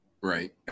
right